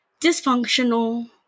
dysfunctional